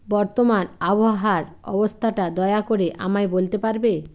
বর্তমান আবহাওয়ার অবস্থাটা দয়া করে আমায় বলতে পারবে